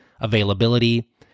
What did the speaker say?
availability